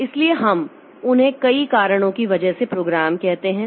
इसलिए हम उन्हें कई कारणों की वजह से प्रोग्राम कहते हैं